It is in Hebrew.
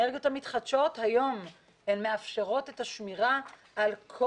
האנרגיות המתחדשות היום מאפשרות את השמירה על כל